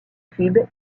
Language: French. cube